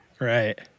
right